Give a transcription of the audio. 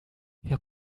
wer